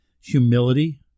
humility